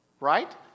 right